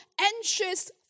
anxious